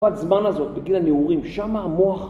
התקופת הזמן הזאת, בגיל הנעורים, שמה המוח